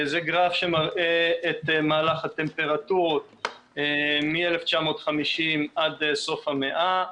זה גרף שמראה את המלך הטמפרטורות מ-1950 עד סוף המאה.